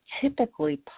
typically